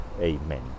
Amen